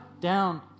down